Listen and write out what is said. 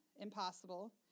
impossible